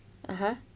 (uh huh)